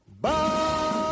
Bye